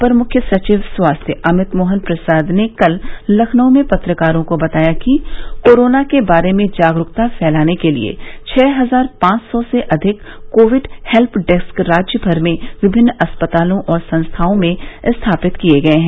अपर मुख्य सचिव स्वास्थ्य अमित मोहन प्रसाद ने कल लखनऊ में पत्रकारों को बताया कि कोरोना के बारे में जागरूकता फैलाने के लिये छह हजार पांच सौ से अधिक कोविड हेल्प डेस्क राज्य भर में विमिन्न अस्पतालों और संस्थाओं में स्थापित किये गये हैं